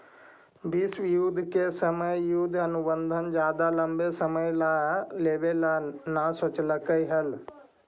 विश्व युद्ध के समय युद्ध अनुबंध ज्यादा लंबे समय ला लेवे ला न सोचकई हल